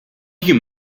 you